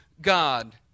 God